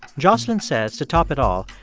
jocelyn says, to top it all,